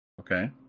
Okay